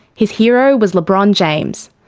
his hero was lebron james.